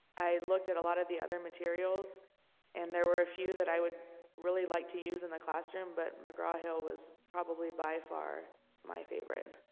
i looked at a lot of the other materials and there were a few that i would really like to use in the classroom but mcgraw-hill was probably by far my favorite